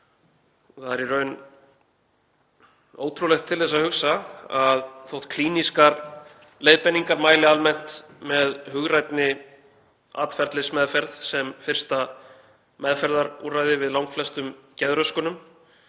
Það er í raun ótrúlegt til þess að hugsa að þótt klínískar leiðbeiningar mæli almennt með hugrænni atferlismeðferð sem fyrsta meðferðarúrræði við langflestum geðröskunum